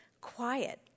quiet